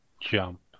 jump